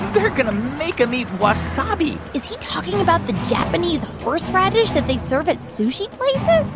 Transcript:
they're going to make them eat wasabi is he talking about the japanese horseradish that they serve at sushi places?